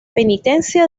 penitencia